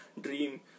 dream